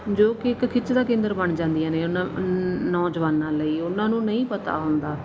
ਜੋ ਕਿ ਇੱਕ ਖਿੱਚ ਦਾ ਕੇਂਦਰ ਬਣ ਜਾਂਦੀਆਂ ਨੇ ਨੌਜਵਾਨਾਂ ਲਈ ਉਹਨਾਂ ਨੂੰ ਨਹੀਂ ਪਤਾ ਹੁੰਦਾ